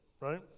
right